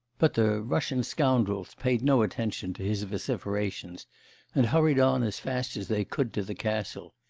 but the russian scoundrels paid no attention to his vociferations and hurried on as fast as they could to the castle.